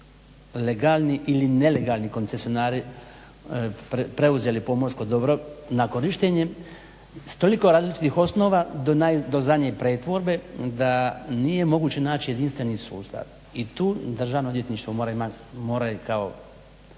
legalni ili nelegalni koncesionari preuzeli pomorsko dobro na korištenje s toliko različitih osnova do zadnje pretvorbe da nije moguće naći jedinstveni sustav i tu državno odvjetništvo mora imat, mora kao